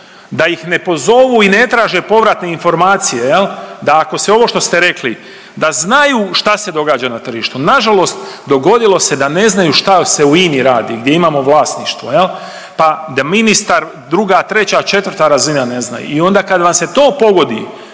da ih ne pozovu i ne traže povratne informacije, da ako se ovo što ste rekli, da znaju što se događa na tržištu. Nažalost dogodilo se da ne znaju šta se u INA-i radi gdje imamo vlasništvo, je li, pa da ministar, druga, treća, četvrta razina ne zna i onda kad vam se to pogodi,